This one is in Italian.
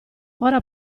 ora